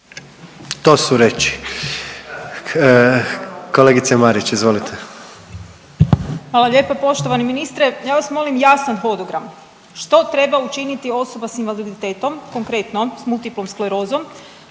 To su reči. Kolegice Marin, izvolite. **Marić, Andreja (SDP)** Hvala lijepa poštovani ministre. Ja vas molim jasan hodogram, što treba učiniti osoba s invaliditetom, konkretno, s multiplom sklerozom,